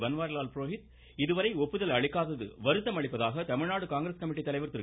பன்வாரிலால் புரோஹித் இதுவரை ஒப்புதல் அளிக்காதது வருத்தம் அளிப்பதாக தமிழ்நாடு காங்கிரஸ் கமிட்டி தலைவர் திரு